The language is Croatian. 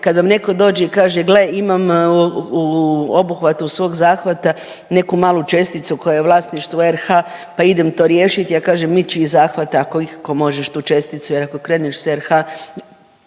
kad vam netko dođe i kaže gle imam u obuhvatu svog zahvata neku malu česticu koja je u vlasništvu RH pa idem to riješiti. Ja kažem miči iz zahvata ako ikako možeš tu česticu jer ako kreneš sa RH